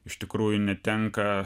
iš tikrųjų netenka